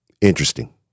Interesting